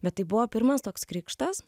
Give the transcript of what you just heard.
bet tai buvo pirmas toks krikštas